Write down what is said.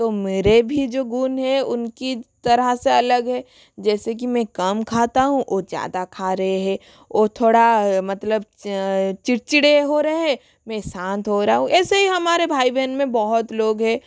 तो मेरे भी जो गुण हे उनकी तरह से अलग हे जैसे कि मैं कम खाता हूँ वो ज़्यादा खा रहे हैं वो थोड़ा मतलब चिड़चिड़े हो रहे हैं मैं शांत हो रहा हूँ एसे ही हमारे भाई बहन में बहुत लोग हैं